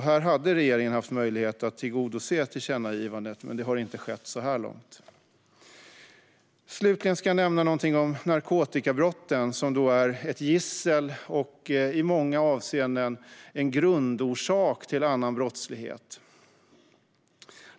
Här hade regeringen haft möjlighet att tillgodose tillkännagivandet, men det har inte skett så här långt. Slutligen ska jag nämna någonting om narkotikabrotten. De är ett gissel och i många avseenden en grundorsak till annan brottslighet.